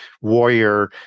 warrior